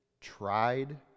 tried